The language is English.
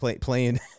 playing